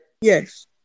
Yes